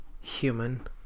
Human